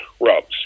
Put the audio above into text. rubs